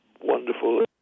wonderful